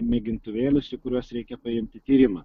mėgintuvėlius į kuriuos reikia paimti tyrimą